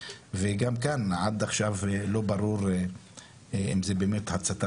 וגם כאן עד עכשיו לא ברור אם זה באמת הצתה